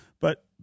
but-